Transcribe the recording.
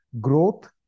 growth